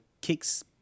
kicks